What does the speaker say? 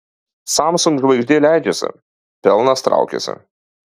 samsung žvaigždė leidžiasi pelnas traukiasi